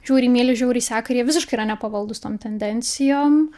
žiauriai myli žiauriai seka ir jie visiškai yra nepavaldūs tom tendencijom